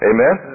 Amen